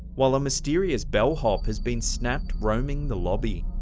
while a mysterious bellhop has been snapped roaming the lobby.